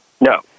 no